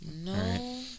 No